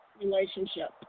relationship